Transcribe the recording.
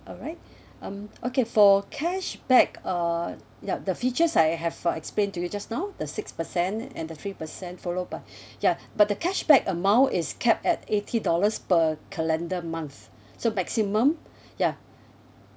alright um okay for cashback uh yup the features I have uh explained to you just now the six percent and the three percent followed by ya but the cashback amount is capped at eighty dollars per calendar month so maximum ya